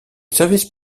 service